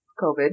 covid